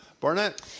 Barnett